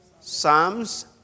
psalms